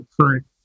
current